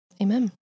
Amen